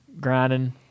grinding